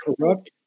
corrupt